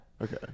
Okay